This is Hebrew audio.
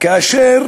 כאשר